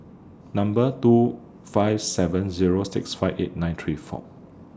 Number two five seven Zero six five eight nine three four